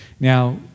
Now